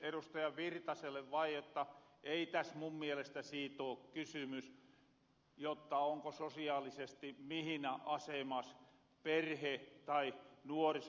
erkki virtaselle vain jotta ei täs mun mielestä siit oo kysymys jotta onko sosiaalisesti mihinä asemas perhe tai nuoriso